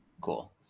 Cool